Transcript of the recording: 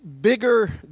bigger